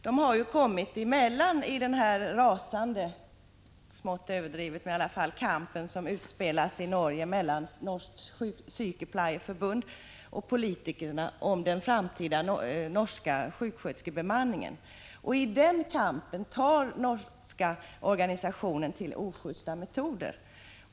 De har ju kommit i kläm i den här, något överdrivet, rasande kampen i Norge mellan Norsk sygepleieforbund och politikerna beträffande den framtida norska sjuksköterskebemanningen. I den kampen tar den norska organisationen till ojusta metoder.